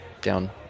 down